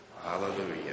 Hallelujah